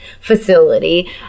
facility